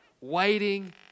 Waiting